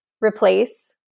replace